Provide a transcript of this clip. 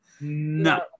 no